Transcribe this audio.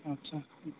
आटसा